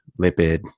lipid